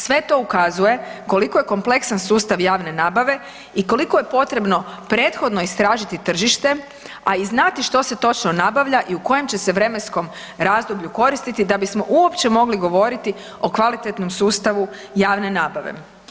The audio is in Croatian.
Sve to ukazuje koliko je kompleksan sustav javne nabave i koliko je potrebno prethodno istražiti tržište, a i znati što se točno nabavlja i u kojem će se vremenskom razdoblju koristiti da bismo uopće mogli govoriti o kvalitetnom sustavu javne nabave.